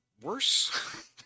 Worse